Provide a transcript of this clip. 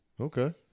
Okay